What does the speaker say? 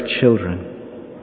children